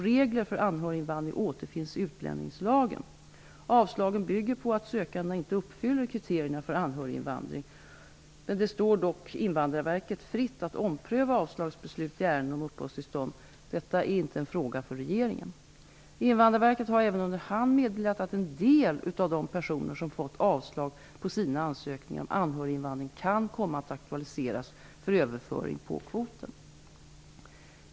Reglerna för anhöriginvandring återfinns i utlänningslagen. Avslagen bygger på att sökandena inte uppfyller kriterierna för anhöriginvandring. Det står dock Invandrarverket fritt att ompröva avslagsbeslut i ärenden om uppehållstillstånd, detta är inte en fråga för regeringen. Invandrarverket har även under hand meddelat att en del av de personer som fått avslag på sina ansökningar om anhöriginvandring kan komma att aktualiseras för överföring på kvoten.